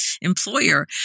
employer